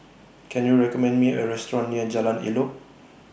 Can YOU recommend Me A Restaurant near Jalan Elok